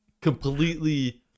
completely